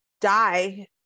die